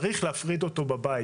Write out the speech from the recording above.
צריך להפריד אותו בבית.